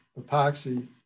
epoxy